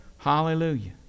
Hallelujah